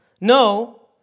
no